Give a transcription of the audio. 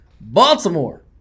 Baltimore